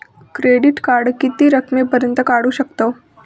Credit card किती रकमेपर्यंत काढू शकतव?